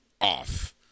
off